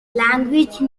language